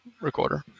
recorder